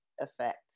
effect